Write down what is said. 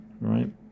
right